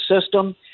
system